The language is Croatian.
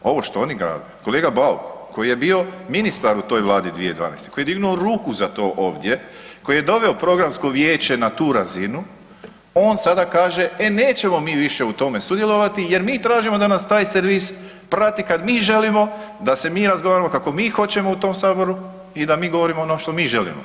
Ovo što oni rade, kolega Bauk koji je bio ministar u toj vladi 2012. koji je dignuo ruku za to ovdje, koji je doveo programsko vijeće na tu razinu, on sada kaže e nećemo mi više u tome sudjelovati jer mi tražimo da nas taj servis prati kad mi želimo, da se mi razgovaramo kako mi hoćemo u tom saboru i da mi govorimo ono što mi želimo.